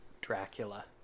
dracula